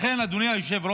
לכן, אדוני היושב-ראש,